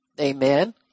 Amen